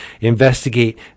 investigate